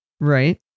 Right